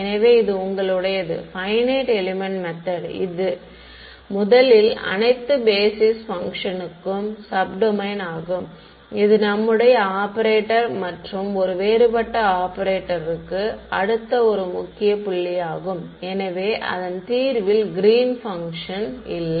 எனவே இது உங்களுடையது பையனைட் எலெமென்ட் மெத்தட் இது முதலில் அனைத்து பேஸிஸ் பங்க்ஷனுக்கும் சப் டொமைன் ஆகும் இது நம்முடைய ஆபரேட்டர் மற்றும் ஒரு வேறுபட்ட ஆபரேட்டருக்கு அடுத்த ஒரு முக்கிய புள்ளியாகும் எனவே அதன் தீர்வில் கிரீன்ஸ் பங்க்ஷன் Green's function இல்லை